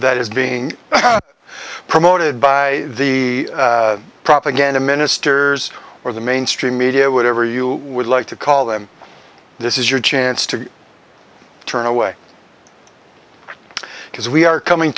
that is being promoted by the propaganda ministers or the mainstream media whatever you would like to call them this is your chance to turn away because we are coming